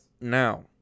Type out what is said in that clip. now